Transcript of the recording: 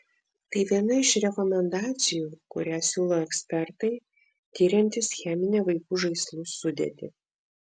tai viena iš rekomendacijų kurią siūlo ekspertai tiriantys cheminę vaikų žaislų sudėtį